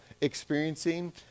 experiencing